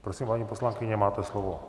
Prosím, paní poslankyně, máte slovo.